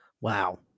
Wow